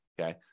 Okay